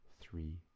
three